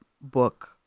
book